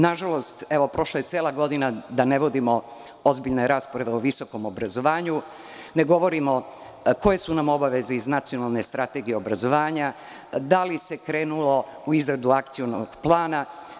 Nažalost, prošla je cela godina, a da ne vodimo ozbiljne rasprave o visokom obrazovanju, ne govorimo koje su nam obaveze iz Nacionalne strategije obrazovanja i da li se krenulo u izradu akcionog plana.